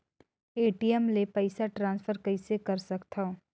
ATM ले पईसा transfer कइसे कर सकथव?